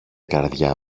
καρδιά